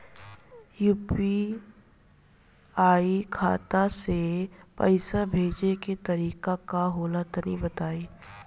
UPI खाता से पइसा भेजे के तरीका का होला तनि बताईं?